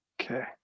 Okay